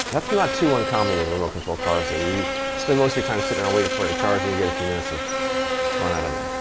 that's not too uncommon with a remote-control car. so you spend most your time sitting around waiting for it a charge and you get a few minutes of fun out of it.